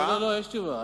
לא, יש תשובה.